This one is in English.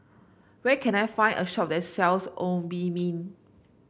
where can I find a shop that sells Obimin